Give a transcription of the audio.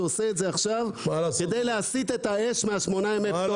שעושה את זה עכשיו כדי להסית את האש מהשמונה ימי פטור.